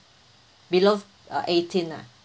below uh eighteen ah